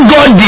God